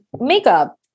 makeup